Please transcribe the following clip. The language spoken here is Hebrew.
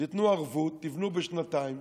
תנו ערבות, תבנו בשנתיים,